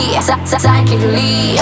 psychically